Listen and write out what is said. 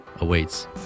awaits